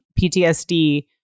PTSD